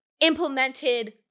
implemented